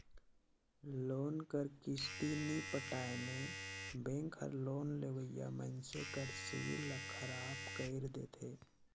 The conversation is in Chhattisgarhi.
लोन कर किस्ती नी पटाए में बेंक हर लोन लेवइया मइनसे कर सिविल ल खराब कइर देथे